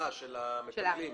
של המטפלים הסיעודיים.